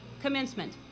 Commencement